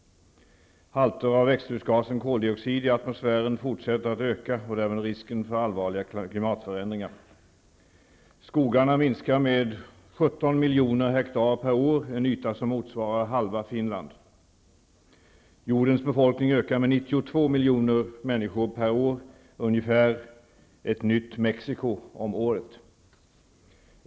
Halter av växthusgasen koldioxid i atmosfären fortsätter att öka och därmed risken för allvarliga klimatförändringar. Skogarna minskar med 17 miljoner hektar per år, en yta som motsvarar halva Finland. Jordens befolkning ökar med 92 miljoner människor per år; ungefär ett nytt Mexico om året.